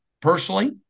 personally